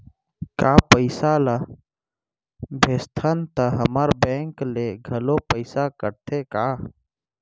का पइसा ला भेजथन त हमर बैंक ले घलो पइसा कटथे का?